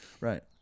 Right